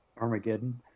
Armageddon